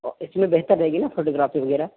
اس میں بہتر رہے گی نا فوٹوگرافی وغیرہ